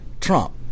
Trump